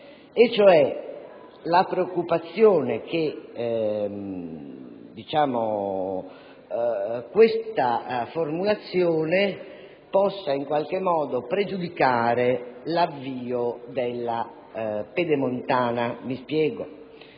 e cioè la preoccupazione che questa formulazione possa in qualche modo pregiudicare l'avvio della Pedemontana, e mi spiego.